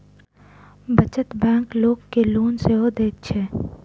बचत बैंक लोक के लोन सेहो दैत छै